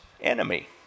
enemy